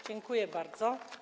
Dziękuję bardzo.